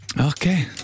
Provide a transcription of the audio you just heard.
Okay